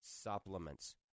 supplements